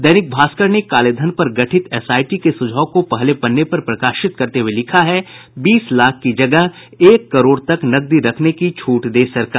दैनिक भास्कर ने कालेधन पर गठित एसआईटी के सुझाव को पहले पन्ने पर प्रकाशित करते हुये लिखा है बीस लाख की जगह एक करोड़ तक नकदी रखने की छूट दे सरकार